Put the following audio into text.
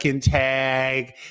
tag